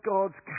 God's